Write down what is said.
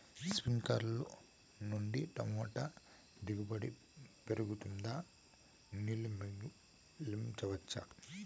స్ప్రింక్లర్లు నుండి టమోటా దిగుబడి పెరుగుతుందా? నీళ్లు మిగిలించవచ్చా?